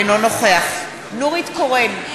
אינו נוכח נורית קורן,